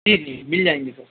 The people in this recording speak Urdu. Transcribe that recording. جی جی مل جائیں گی سر